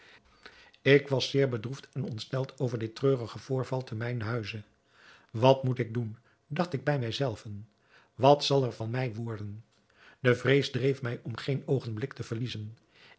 ik was zeer bedroefd en ontsteld over dit treurige voorval ten mijnen huize wat moet ik doen dacht ik bij mij zelven wat zal er van mij worden de vrees dreef mij om geen oogenblik te verliezen